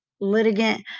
litigant